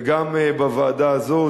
וגם בוועדה הזאת,